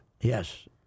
Yes